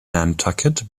nantucket